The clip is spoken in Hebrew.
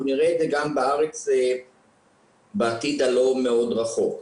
נראה את זה גם בארץ בעתיד הלא מאוד רחוק.